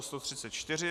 134.